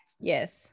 yes